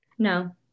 No